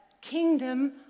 kingdom